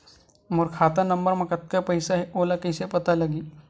मोर खाता नंबर मा कतका पईसा हे ओला कइसे पता लगी?